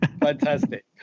Fantastic